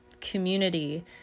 community